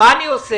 מה אני עושה?